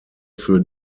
für